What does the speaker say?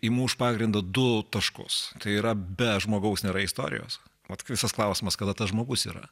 imu už pagrindą du taškus tai yra be žmogaus nėra istorijos ot visas klausimas kada tas žmogus yra